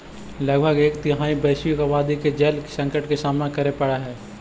लगभग एक तिहाई वैश्विक आबादी के जल संकट के सामना करे पड़ऽ हई